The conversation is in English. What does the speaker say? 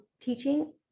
teaching